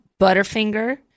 Butterfinger